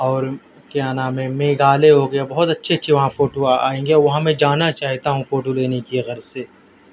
اور کیا نام ہے میگھالیہ ہو گیا بہت اچھے اچھے وہاں فوٹو آئیں گے وہاں میں جانا چاہتا ہوں فوٹو لینے کی غرض سے